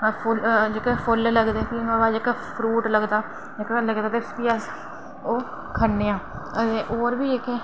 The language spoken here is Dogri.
जेह्के फुल्ल लगदे प्ही नुहाड़े बाद जेह्का फ्रूट लगदा जेह्का लगदा प्ही अस ओह् खन्ने आं ते किश होर बी इं'या इत्थें